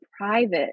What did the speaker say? private